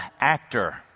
actor